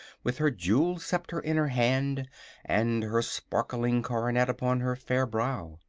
with her jewelled sceptre in her hand and her sparkling coronet upon her fair brow.